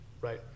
right